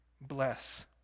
bless